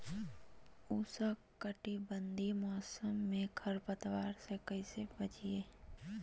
उष्णकटिबंधीय मौसम में खरपतवार से कैसे बचिये?